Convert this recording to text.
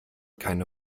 keine